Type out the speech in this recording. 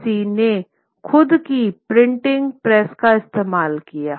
पापसी ने खुद ही प्रिंटिंग प्रेस का इस्तेमाल किया